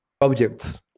objects